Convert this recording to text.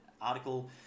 article